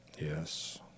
Yes